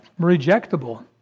rejectable